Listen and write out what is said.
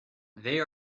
they